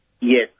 Yes